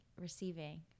receiving